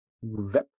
web